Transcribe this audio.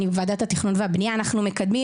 אני בוועדת התכנון והבניה ואנחנו מקדמים